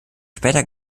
später